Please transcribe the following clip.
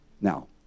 Now